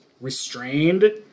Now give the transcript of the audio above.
restrained